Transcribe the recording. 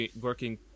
working